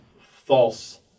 false